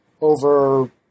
over